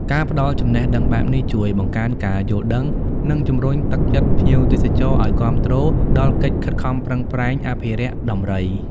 ការផ្តល់ចំណេះដឹងបែបនេះជួយបង្កើនការយល់ដឹង និងជំរុញទឹកចិត្តភ្ញៀវទេសចរឲ្យគាំទ្រដល់កិច្ចខិតខំប្រឹងប្រែងអភិរក្សដំរី។